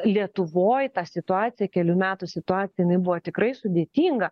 lietuvoj ta situacija kelių metų situacija jinai buvo tikrai sudėtinga